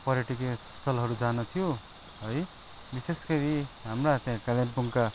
पर्यटकीय स्थलहरू जान थियो है विशेष गरि हाम्रा त्यहाँ कालेम्पोङ्गका